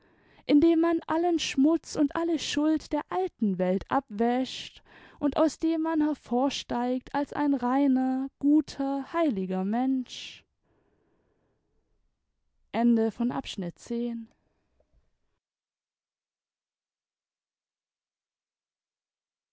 dem man allen schmutz und alle schuld der alten welt abwäscht lind aus dem man hervorsteigt als ein reiner guter heiliger mensch